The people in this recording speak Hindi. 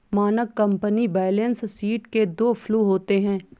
मानक कंपनी बैलेंस शीट के दो फ्लू होते हैं